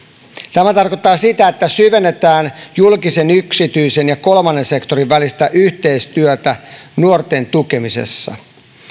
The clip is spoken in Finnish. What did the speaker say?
tämä tarkoittaa sitä että syvennetään julkisen yksityisen ja kolmannen sektorin välistä yhteistyötä nuorten tukemisessa